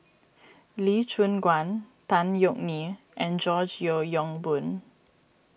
Lee Choon Guan Tan Yeok Nee and George Yeo Yong Boon